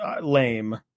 lame